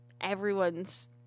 everyone's